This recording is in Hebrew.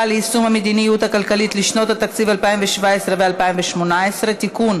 ליישום המדיניות הכלכלית לשנות התקציב 2017 ו-2018) (תיקון,